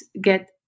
get